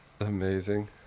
Amazing